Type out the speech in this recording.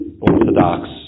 orthodox